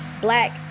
black